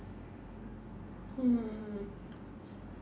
hmm